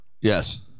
Yes